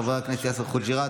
חבר הכנסת יאסר חוג'יראת,